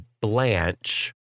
Blanche